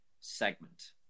segment